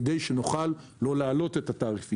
כדי שנוכל לא להעלות את התעריף.